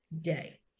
day